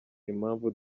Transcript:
impamvu